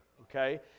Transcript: okay